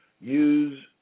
Use